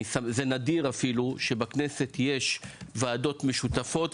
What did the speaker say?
זה נדיר שבכנסת יש ועדות משותפות,